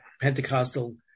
Pentecostal